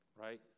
right